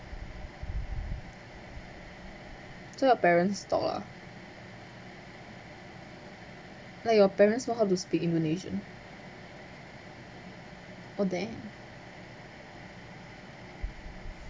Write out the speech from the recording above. so your parents talk ah like your parents know how to speak indonesian oh damn